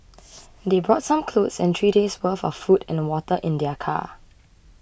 they brought some clothes and three days' worth of food and water in their car